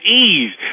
ease